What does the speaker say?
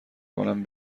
کنم